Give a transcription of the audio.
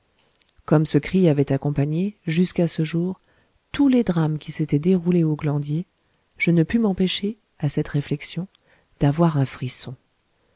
comme ce cri avait accompagné jusqu'à ce jour tous les drames qui s'étaient déroulés au glandier je ne pus m'empêcher à cette réflexion d'avoir un frisson